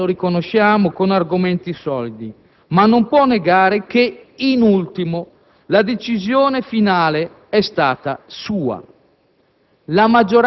anche - lo riconosciamo - con argomenti solidi, ma non può negare che in ultimo la decisione finale è stata sua.